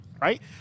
right